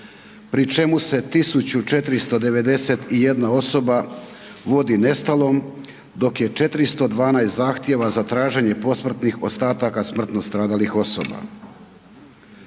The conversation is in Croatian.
pri čemu se 1491 osoba vodi nestalom dok je 412 zahtjeva za traženje posmrtnih ostataka smrtno stradalih osoba.